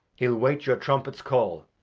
he'u wait your trumpet's call.